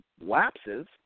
lapses